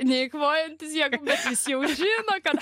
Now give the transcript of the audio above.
neeikvojantis jėgas nes jau žino kad